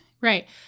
Right